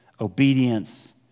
obedience